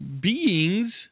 beings